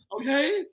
okay